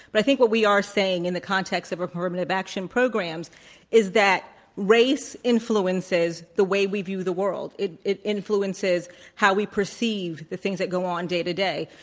but i think what we are saying in the context of affirmative action programs is that race influences the way we view the world. it it influences how we perceive the things that go on day to day.